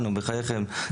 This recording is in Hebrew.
נו, בחייכם.